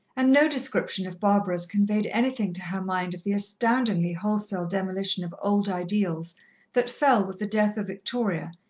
and no description of barbara's conveyed anything to her mind of the astoundingly wholesale demolition of old ideals that fell with the death of victoria,